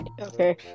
Okay